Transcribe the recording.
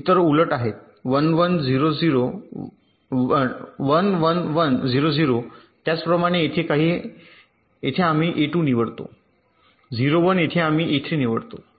इतर उलट आहेत 1 1 1 0 0 त्याच प्रमाणे येथे आम्ही A2 निवडतो 0 1 येथे आम्ही A3 निवडतो 0 1